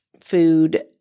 food